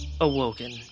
awoken